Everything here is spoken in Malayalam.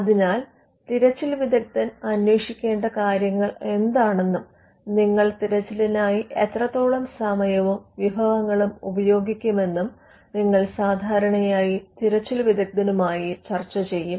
അതിനാൽ തിരച്ചിൽ വിദഗ്ദൻ അന്വേഷിക്കേണ്ട കാര്യങ്ങൾ എന്താണെന്നും നിങ്ങൾ തിരച്ചിലിനായി എത്രത്തോളം സമയവും വിഭവങ്ങളും ഉപയോഗിക്കും എന്നും നിങ്ങൾ സാധാരണയായി തിരച്ചിൽ വിദഗ്ധനുമായി ചർച്ച ചെയ്യും